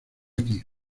aquí